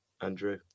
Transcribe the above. Andrew